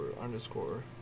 underscore